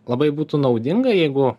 labai būtų naudinga jeigu